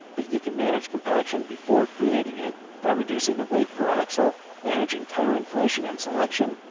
but you can manage compaction before creating it by reducing the weight per axle, managing tire inflation and selection,